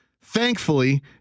thankfully